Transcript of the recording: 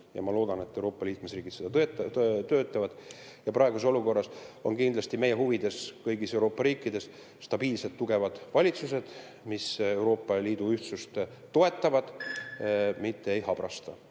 ja ma loodan, et Euroopa Liidu liikmesriigid seda toetavad. Praeguses olukorras on kindlasti meie huvides kõigis Euroopa riikides stabiilsed tugevad valitsused, mis Euroopa Liidu ühtsust toetavad, mitte ei habrasta.